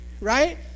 Right